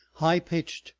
high-pitched,